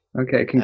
Okay